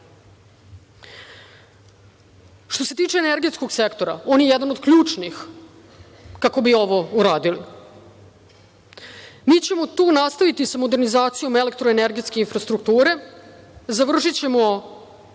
se tiče energetskog sektora, on je jedan od ključnih kako bi ovo uradili. Mi ćemo tu nastaviti sa modernizacijom elektroenergetske infrastrukture, završićemo